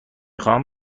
خواهم